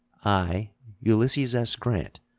i, ulysses s. grant,